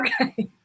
Okay